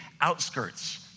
outskirts